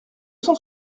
cent